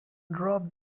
drop